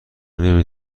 نمی